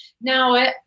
Now